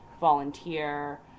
volunteer